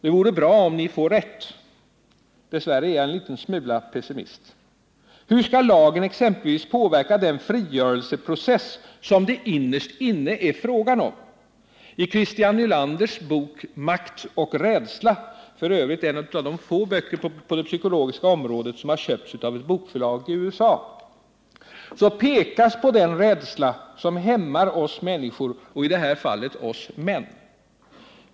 Det är bra om ni får rätt, men dessvärre är jag en liten smula pessimistisk. Hur skall lagen exempelvis påverka den frigörelseprocess som det innerst inne är fråga om? I Christian Ylanders bok Makt och rädsla — f. ö. en av de få svenska böcker på det psykologiska området som köpts av ett bokförlag i USA — pekas på den rädsla som hämmar oss människor och i detta fall oss män.